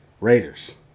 Raiders